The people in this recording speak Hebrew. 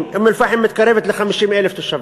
אום-אלפחם מתקרבת ל-50,000 תושבים,